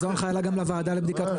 זו הנחיה גם לוועדה לבדיקת מנויים.